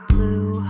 Blue